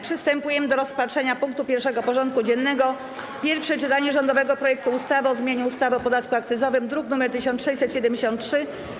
Przystępujemy do rozpatrzenia punktu 1. porządku dziennego: Pierwsze czytanie rządowego projektu ustawy o zmianie ustawy o podatku akcyzowym (druk nr 1673)